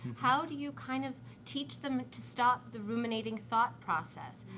how do you kind of teach them to stop the ruminating thought process?